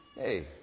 Hey